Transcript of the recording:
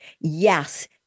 Yes